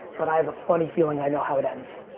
but i have a funny feeling i know how it ends.